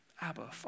Abba